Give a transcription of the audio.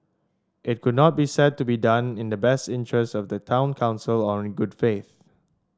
it could not be said to be done in the best interest of the town council or in good faith